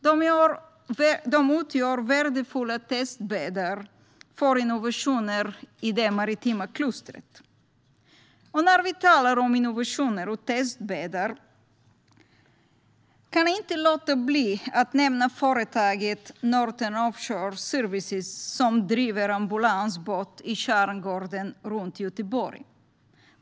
De utgör värdefulla testbäddar för innovationer i det maritima klustret. När vi talar om innovationer och testbäddar kan jag inte låta bli att nämna företaget Northern Offshore Services som driver ambulansbåt i skärgården runt Göteborg.